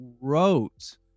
wrote